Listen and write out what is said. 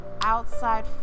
outside